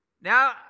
Now